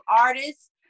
artists